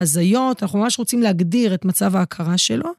הזיות, אנחנו ממש רוצים להגדיר את מצב ההכרה שלו.